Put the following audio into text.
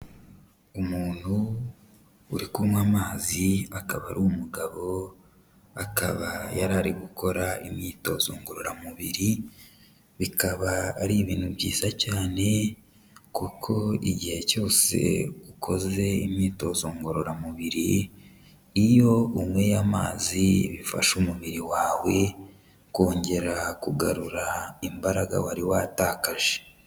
Umuntu uri kunywa amazi akaba ari umugabo, akaba yari ari gukora imyitozo ngororamubiri bikaba ari ibintu byiza cyane kuko igihe cyose ukoze imyitozo ngororamubiri, iyo unyweye amazi bifasha umubiri wawe kongera kugarura imbaraga wari watakaje.